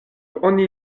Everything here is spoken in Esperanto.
oni